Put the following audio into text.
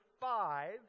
five